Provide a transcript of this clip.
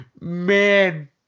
man